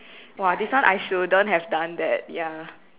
!wah! this one I shouldn't have done that ya